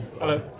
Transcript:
Hello